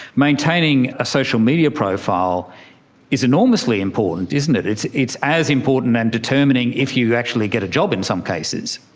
maintaining a social media profile is enormously important, isn't it, it's it's as important and determining if you actually get a job in some cases.